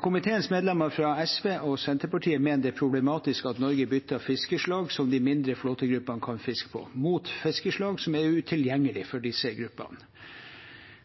Komiteens medlemmer fra SV og Senterpartiet mener det er problematisk at Norge bytter fiskeslag som de mindre flåtegruppene kan fiske på, mot fiskeslag som er utilgjengelige for disse gruppene.